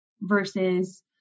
versus